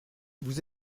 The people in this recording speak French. vous